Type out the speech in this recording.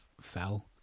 fell